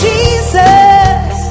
Jesus